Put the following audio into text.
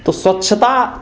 तो स्वच्छता